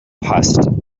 passed